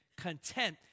content